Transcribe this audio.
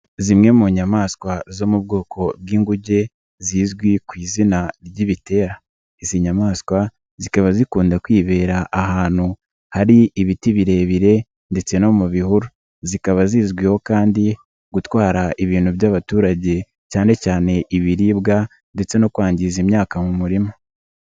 Zimwe mu nyamaswa zo mu bwoko bw'inguge zizwi ku izina ry'ibitera, izi nyamaswa zikaba zikunda kwibera ahantu hari ibiti birebire ndetse no mu bihuru, zikaba zizwiho kandi gutwara ibintu by'abaturage cyane cyane ibiribwa ndetse no kwangiza imyaka mu murima.